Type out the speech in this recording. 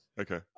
Okay